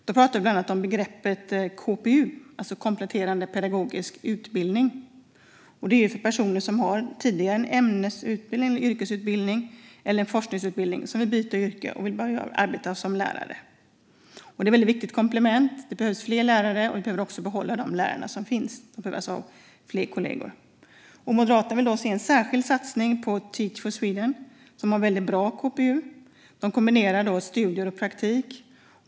Då pratade vi bland annat om begreppet KPU, alltså kompletterande pedagogisk utbildning. Detta är för personer som redan tidigare har en ämnesutbildning, en yrkesutbildning eller en forskningsutbildning och som vill byta yrke och börja arbeta som lärare. Det här är ett väldigt viktigt komplement. Det behövs fler lärare, och vi behöver behålla de lärare som finns. De behöver ha fler kollegor. Moderaterna vill se en särskild satsning på Teach for Sweden. De har en väldigt bra KPU, där man kombinerar studier och praktik.